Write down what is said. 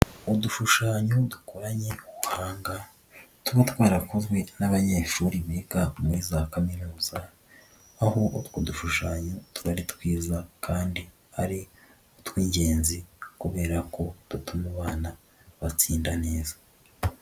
Udushushanyo dukoranye ubuhanga, tuba twarakozwe n'abanyeshuri biga muri za kaminuza, aho utwo dushushanyo tuba ari twiza kandi ari utw'ingenzi kubera ko dutuma abana batsinda neza.